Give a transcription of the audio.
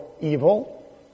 evil